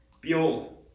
behold